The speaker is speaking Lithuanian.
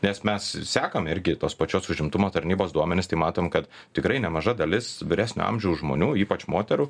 nes mes sekam irgi tos pačios užimtumo tarnybos duomenis tai matom kad tikrai nemaža dalis vyresnio amžiaus žmonių ypač moterų